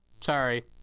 sorry